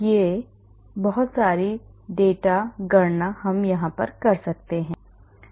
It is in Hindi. हम बहुत सारी डेटा गणना कर सकते हैं